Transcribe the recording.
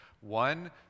one